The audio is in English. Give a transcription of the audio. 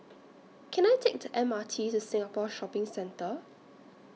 Can I Take The M R T to Singapore Shopping Centre